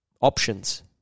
options